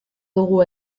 dugu